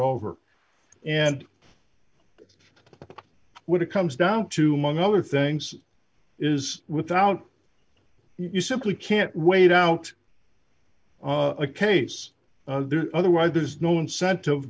over and when it comes down to mung other things is without you simply can't wait out a case there otherwise there's no incentive